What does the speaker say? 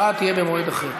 אבל ההצבעה תהיה במועד אחר.